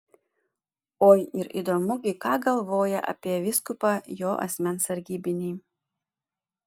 oi ir įdomu gi ką galvoja apie vyskupą jo asmens sargybiniai